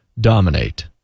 dominate